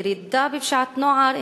ירידה בפשיעת נוער,